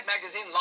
Magazine